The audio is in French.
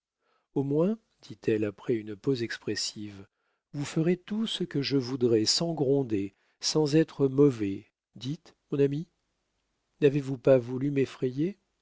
au moins dit-elle après une pause expressive vous ferez tout ce que je voudrai sans gronder sans être mauvais dites mon ami n'avez-vous pas voulu m'effrayer